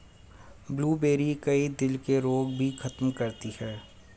blueberry, कई दिल के रोग भी खत्म करती है